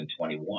2021